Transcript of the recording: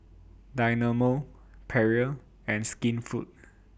Dynamo Perrier and Skinfood